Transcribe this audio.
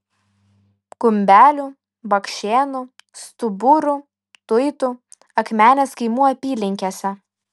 gumbelių bakšėnų stuburų tuitų akmenės kaimų apylinkėse